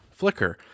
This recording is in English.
flickr